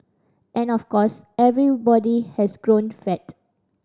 and of course everybody has grown fat